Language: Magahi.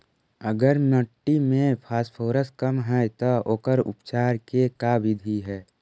अगर मट्टी में फास्फोरस कम है त ओकर उपचार के का बिधि है?